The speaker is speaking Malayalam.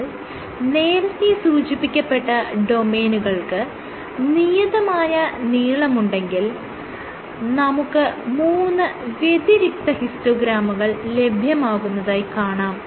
എന്നാൽ നേരത്തെ സൂചിപ്പിക്കപ്പെട്ട ഡൊമെയ്നുകൾക്ക് നിയതമായ നീളമുണ്ടെങ്കിൽ നമുക്ക് മൂന്ന് വ്യതിരിക്ത ഹിസ്റ്റോഗ്രാമുകൾ ലഭ്യമാകുന്നതായി കാണാം